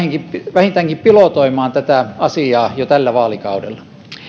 vähintäänkin pilotoimaan tätä asiaa jo tällä vaalikaudella